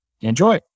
enjoy